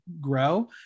grow